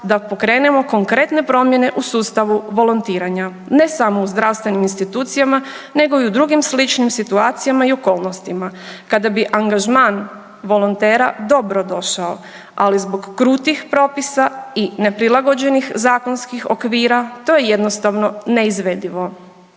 da pokrenemo konkretne promjene u sustavu volontiranja. Ne samo u zdravstvenim institucijama nego i u drugim sličnim situacijama i okolnostima kada bi angažman volontera dobro došao, ali zbog krutih propisa i neprilagođenih zakonskih okvira to je jednostavno neizvedivo.